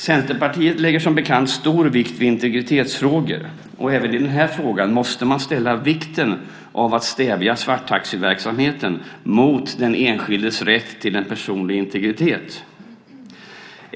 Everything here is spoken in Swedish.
Centerpartiet lägger som bekant stor vikt vid integritetsfrågor. Även i den här frågan måste man framhålla vikten av att stävja svarttaxiverksamheten mot den enskildes rätt till en personlig integritet.